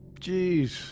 Jeez